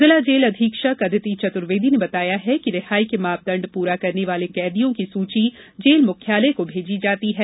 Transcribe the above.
जिला जेल अधीक्षक अदिती चतुर्वेदी ने बताया है कि रिहाई के मापदंड पूरा करने वाले कैदियों की सूची जेल मुख्यालय को भेजी जाती है